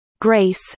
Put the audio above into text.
grace